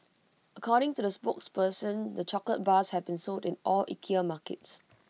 according to the spokesperson the chocolate bars have been sold in all Ikea markets